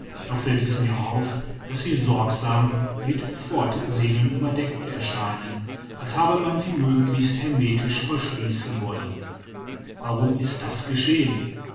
doch fällt es mir auf daß sie sorgsam mit pfortsegeln überdeckt erscheinen als habe man sie möglichst hermetisch verschließen wollen warum ist das geschehen